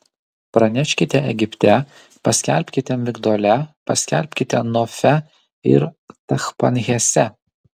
praneškite egipte paskelbkite migdole paskelbkite nofe ir tachpanhese